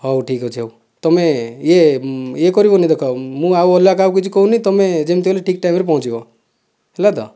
ହଉ ଠିକ ଅଛି ହଉ ତମେ ୟେ ୟେ କରିବନି ଦେଖ ମୁଁ ଆଉ ଅଲଗା କାହାକୁ କିଛି କହୁନି ତୁମେ ଯେମିତି ହେଲେ ଠିକ ଟାଇମରେ ପହଞ୍ଚିବ ହେଲା ତ